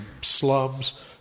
slums